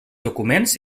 documents